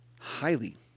highly